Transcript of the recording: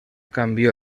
cambió